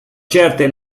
certe